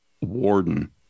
warden